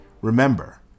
Remember